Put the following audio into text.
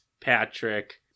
Patrick